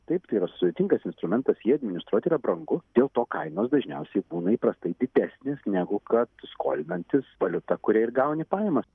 taip tai yra sudėtingas instrumentas jį administruot yra brangu dėl to kainos dažniausiai būna įprastai didesnės negu kad skolinantis valiuta kuria ir gauni pajamas